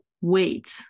wait